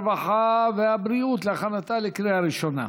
הרווחה והבריאות להכנתה לקריאה ראשונה.